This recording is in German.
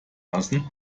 lassen